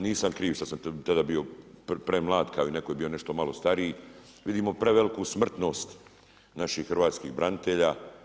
Nisam kriv što sam tada bio premlad kao i neko je bio nešto malo stariji, vidimo preveliku smrtnost naših hrvatskih branitelja.